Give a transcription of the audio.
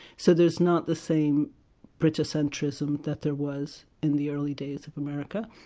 so there's not the same british centrism that there was in the early days of america.